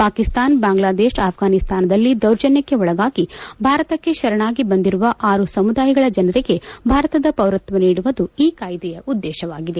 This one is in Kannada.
ಪಾಕಿಸ್ತಾನ ಬಾಂಗ್ಲಾದೇಶ ಅಪ್ಪಾನಿಸ್ತಾನದಲ್ಲಿ ದೌರ್ಜನ್ಯಕ್ಕೆ ಒಳಗಾಗಿ ಭಾರತಕ್ಕೆ ಶರಣಾಗಿ ಬಂದಿರುವ ಆರು ಸಮುದಾಯಗಳ ಜನರಿಗೆ ಭಾರತದ ಪೌರತ್ವ ನೀಡುವುದು ಈ ಕಾಯ್ದೆಯ ಉದ್ದೇಶವಾಗಿದೆ